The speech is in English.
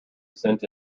sent